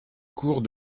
cours